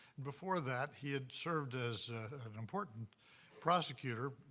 before that, he had served as an important prosecutor,